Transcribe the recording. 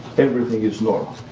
everything is normal.